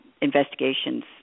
investigations